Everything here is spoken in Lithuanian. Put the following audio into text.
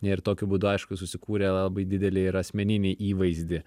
ir tokiu būdu aišku susikūrė labai didelį ir asmeninį įvaizdį